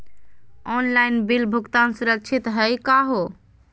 Online bill भुगतान सुरक्षित हई का हो?